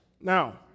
Now